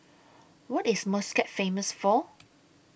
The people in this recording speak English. What IS Muscat Famous For